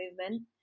movement